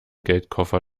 geldkoffer